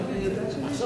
3580 ו-3581.